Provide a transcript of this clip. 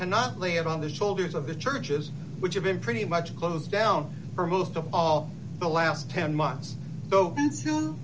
cannot live on the shoulders of the churches which have been pretty much closed down for most of all the last ten months